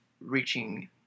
reaching